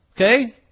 Okay